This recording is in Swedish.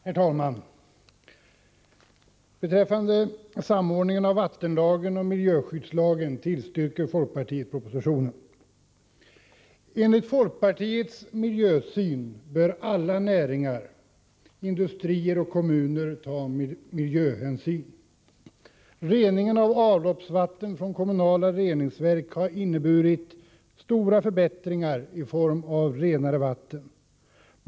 Herr talman! Beträffande samordningen av vattenlagen och miljöskyddslagen tillstyrker folkpartiet propositionen. Enligt folkpartiets miljösyn bör alla näringar, industrier och kommuner ta miljöhänsyn. Reningen av avloppsvatten från kommunala reningsverk har inneburit stora förbättringar i form av renare vatten.